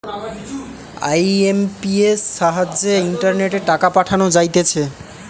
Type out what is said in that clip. IMPS সাহায্যে ইন্টারনেটে টাকা পাঠানো যাইতেছে